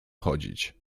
chodzić